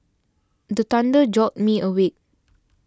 the thunder jolt me awake